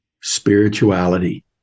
Spirituality